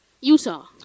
Utah